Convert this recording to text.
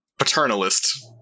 paternalist